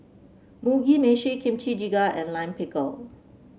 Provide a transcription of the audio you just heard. Mugi Meshi Kimchi Jjigae and Lime Pickle